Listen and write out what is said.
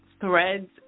Threads